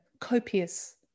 copious